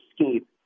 escape